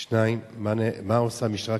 2. אם כן, האם התקבל אישור ראש הממשלה